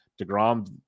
DeGrom